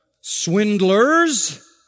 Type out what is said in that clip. Swindlers